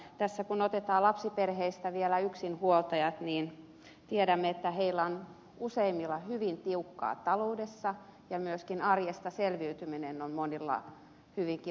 tässä kun otetaan lapsiperheistä vielä yksinhuoltajat niin tiedämme että heillä on useimmilla hyvin tiukkaa taloudessa ja myöskin arjesta selviytyminen on monilla hyvinkin vaikeata